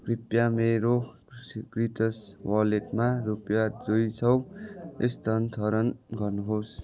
कृपया मेरो सिट्रस वालेटमा रुपियाँ दुई सौ स्थानान्तरण गर्नुहोस्